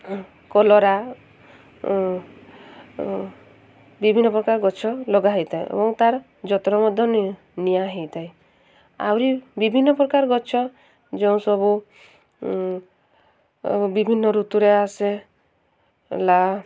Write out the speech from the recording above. କଲରା ବିଭିନ୍ନ ପ୍ରକାର ଗଛ ଲଗା ହୋଇଥାଏ ଏବଂ ତାର ଯତ୍ନ ମଧ୍ୟ ନିଆ ହୋଇଥାଏ ଆହୁରି ବିଭିନ୍ନ ପ୍ରକାର ଗଛ ଯେଉଁ ସବୁ ବିଭିନ୍ନ ଋତୁରେ ଆସେ ଲା